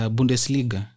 Bundesliga